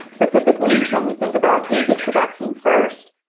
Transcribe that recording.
specifically, when we think about who gets the vaccine first,